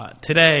Today